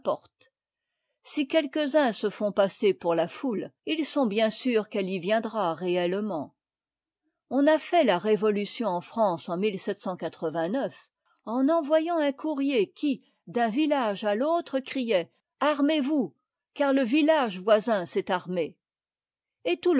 si quelques-uns se font passer pour la foule ils sont bien sûrs qu'elle y viendra réellement on a fait la révolution de france en en envoyant un courrier qui d'un village à l'autre criait armez-vous car le village voisin s'est armé et